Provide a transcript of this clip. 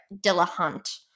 Dillahunt